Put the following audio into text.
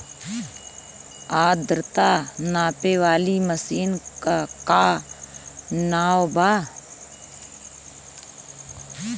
आद्रता नापे वाली मशीन क का नाव बा?